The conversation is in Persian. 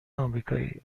آمریکایی